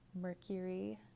Mercury